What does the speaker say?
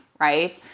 right